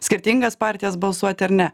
skirtingas partijas balsuoti ar ne